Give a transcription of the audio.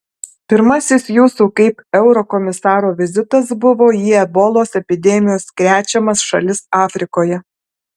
pirmasis jūsų kaip eurokomisaro vizitas buvo į ebolos epidemijos krečiamas šalis afrikoje